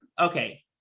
Okay